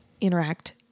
interact